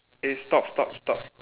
eh stop stop stop